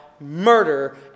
murder